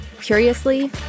Curiously